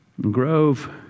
Grove